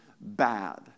bad